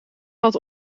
had